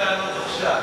תבוא בטענות עכשיו.